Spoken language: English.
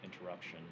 interruption